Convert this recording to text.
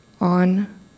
On